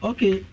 Okay